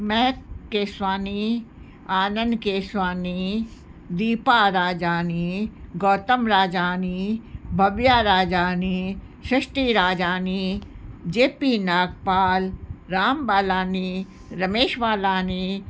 Mahak Keswani Anand Keswani Deepa Rajani Gautam Rajani Bhavya Rajani Srishti Rajani J P Nagpal Ram Balani Ramesh Balani